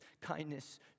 kindness